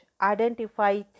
identify